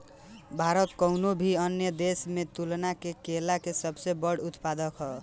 भारत कउनों भी अन्य देश के तुलना में केला के सबसे बड़ उत्पादक ह